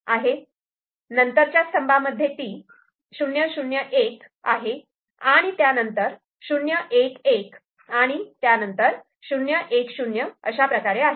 नंतरच्या स्तंभामध्ये 001 आहे आणि नंतर 011आणि त्यानंतर 010 अशाप्रकारे आहे